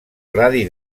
radi